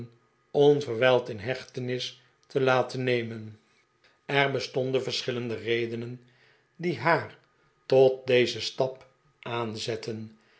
onverwijld in hechtenis te laten nemen er bestonden verschillende redede pickwick club nen die haar tot dezen stap aanzetten